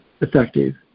effective